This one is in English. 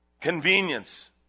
Convenience